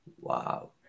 wow